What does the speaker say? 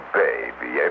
baby